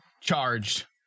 charged